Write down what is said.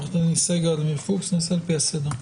בבקשה, עורכת דין סגל, עמיר פוקס; לפי הסדר.